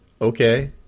Okay